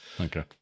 Okay